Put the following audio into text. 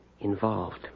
involved